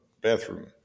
bathroom